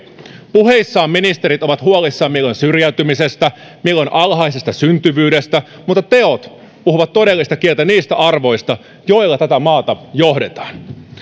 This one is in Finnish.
puheissaan ministerit ovat huolissaan milloin syrjäytymisestä milloin alhaisesta syntyvyydestä mutta teot puhuvat todellista kieltä niistä arvoista joilla tätä maata johdetaan